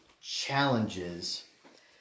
challenges